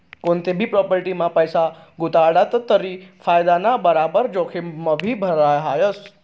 कोनतीभी प्राॅपटीमा पैसा गुताडात तरी फायदाना बराबर जोखिमभी रहास